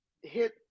hit